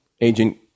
Agent